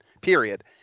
period